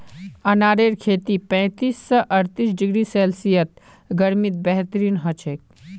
अनारेर खेती पैंतीस स अर्तीस डिग्री सेल्सियस गर्मीत बेहतरीन हछेक